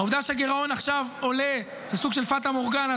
העובדה שהגירעון עכשיו עולה זה סוג של פאטה מורגנה,